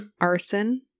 arson